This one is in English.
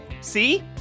See